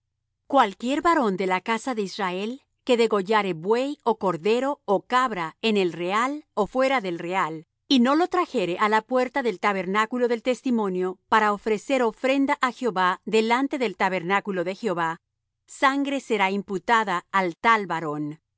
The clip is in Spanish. cualquier varón de la casa de israel que degollare buey ó cordero ó cabra en el real ó fuera del real y no lo trajere á la puerta del tabernáculo del testimonio para ofrecer ofrenda á jehová delante del tabernáculo de jehová sangre será imputada al tal varón